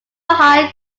higher